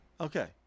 Okay